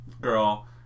girl